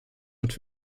und